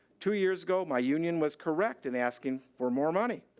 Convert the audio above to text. two years ago my union was correct in asking for more money.